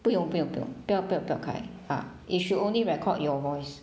不用不用不用不要不要不要开 ah it should only record your voice